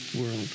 world